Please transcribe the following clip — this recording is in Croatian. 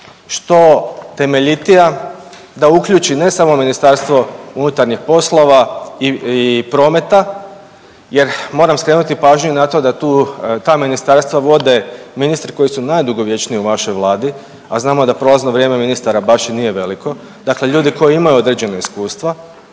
što temeljitija, da uključi ne samo Ministarstvo unutarnjih poslova i prometa jer moram skrenuti pažnju na to da tu, ta ministarstva vode ministri koji su najdugovječniji u vašoj Vladi, a znamo da prolazno vrijeme ministara baš i nije veliko, dakle ljudi koji imaju određeno iskustvo